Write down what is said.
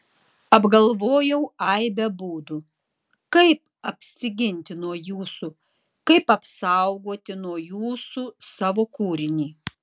apgalvojau aibę būdų kaip apsiginti nuo jūsų kaip apsaugoti nuo jūsų savo kūrinį